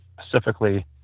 specifically